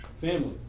family